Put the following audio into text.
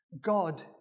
God